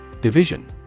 Division